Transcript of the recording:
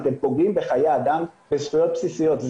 אתם פוגעים בחיי אדם וזכויות בסיסיות.